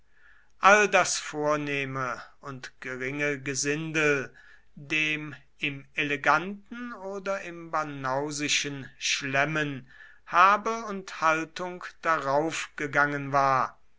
all das vornehme und geringe gesindel dem im eleganten oder im banausischen schlemmen habe und haltung darauf gegangen war